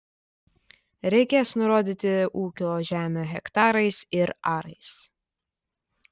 reikės nurodyti ūkio žemę hektarais ir arais